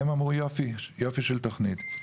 והם אמרו יופי של תכנית,